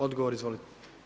Odgovor izvolite.